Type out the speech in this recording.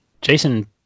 Jason